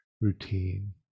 routine